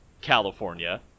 California